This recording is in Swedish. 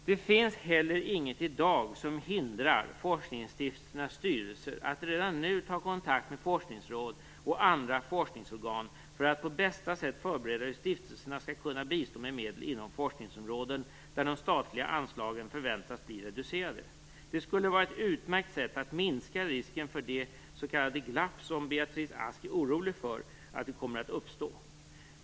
Det finns heller inget i dag som hindrar forskningsstiftelsernas styrelser att redan nu ta kontakt med forskningsråd och andra forskningsorgan för att på bästa sätt förbereda hur stiftelserna skall kunna bistå med medel inom forskningsområden där de statliga anslagen förväntas bli reducerade. Det skulle vara ett utmärkt sätt att minska risken för det "glapp" som Beatrice Ask är orolig för nu kommer att uppstå.